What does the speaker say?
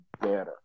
better